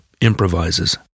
improvises